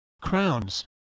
Crowns